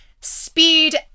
Speed